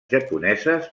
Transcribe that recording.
japoneses